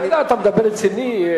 תגיד, אתה מדבר ברצינות?